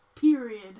period